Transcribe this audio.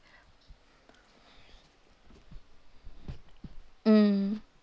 mm